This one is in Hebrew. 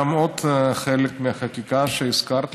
וגם עוד חלק מהחקיקה שהזכרת,